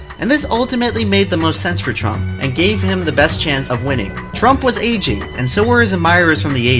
and this ultimately made the most sense for trump, and gave him the best chance of winning. trump was aging, and so were his admirers from the eighty